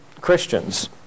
Christians